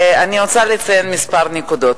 אני רוצה לציין כמה נקודות.